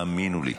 האמינו לי.